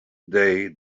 day